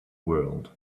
world